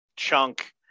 chunk